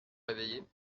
réveillé